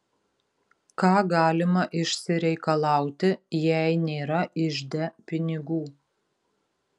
ką galima išsireikalauti jei nėra ižde pinigų